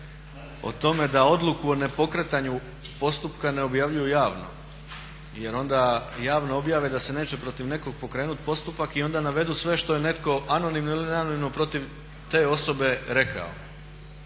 o tome da odluku o nepokretanju postupka ne objavljuju javno jer onda javno objave da se neće protiv nekog pokrenut postupak i onda navedu sve što je netko anonimno ili neanonimno protiv te osobe rekao